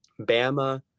Bama